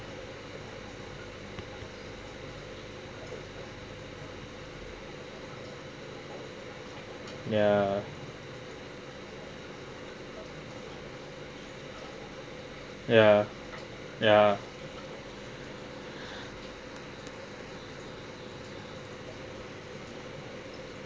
ya ya ya